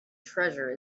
treasure